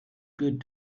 good